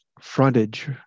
frontage